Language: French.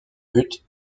but